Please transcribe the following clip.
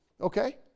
Okay